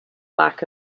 lack